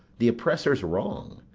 the oppressor's wrong,